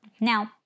Now